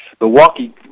Milwaukee